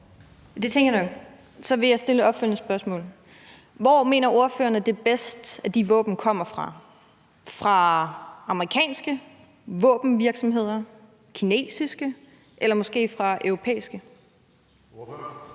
Det tænkte jeg nok. Så vil jeg stille et opfølgende spørgsmål. Hvor mener ordføreren, at det er bedst, at de våben kommer fra? Fra amerikanske våbenvirksomheder, fra kinesiske eller måske fra europæiske? Kl.